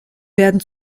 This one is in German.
werden